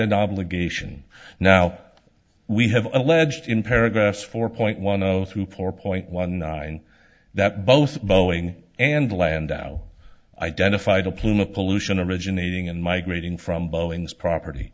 an obligation now we have alleged in paragraph four point one of through four point one nine that both boeing and landau identified a plume of pollution originating in migrating from boeing's property